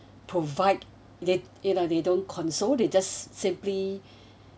provide they you know they don't console they just simply